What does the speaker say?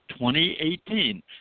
2018